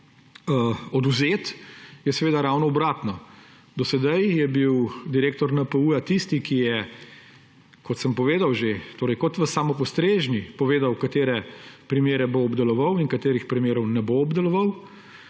odvzeti, je seveda ravno obratno. Do sedaj je bil direktor NPU tisti, ki je, kot sem že povedal, kot v samopostrežni povedal, katere primere bo obdeloval in katerih primerov ne bo obdeloval,